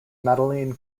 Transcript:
madeleine